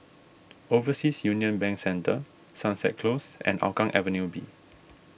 Overseas Union Bank Centre Sunset Close and Hougang Avenue B